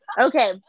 Okay